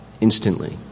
instantly